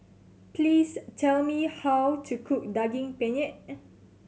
please tell me how to cook Daging Penyet